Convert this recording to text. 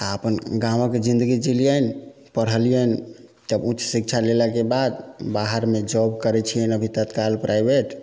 आ अपन गामक जिन्दगी जिलियनि पढ़लियनि तऽ उच्च शिक्षा लेलाके बाद बाहरमे जॉब करै छियनि अभी तत्काल प्राइवेट